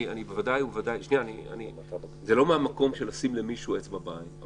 זה לא מהמקום של לשים למישהו אצבע בעין.